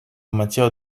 matière